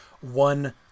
one